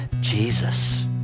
Jesus